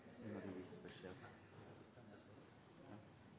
det er noen